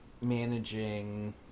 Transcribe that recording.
managing